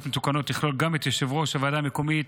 מתוקנות יכלול גם את יושב-ראש הוועדה המקומית,